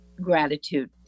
gratitude